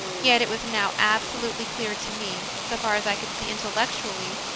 yet it was now absolutely clear to me, so far as i could see intellectually,